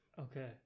okay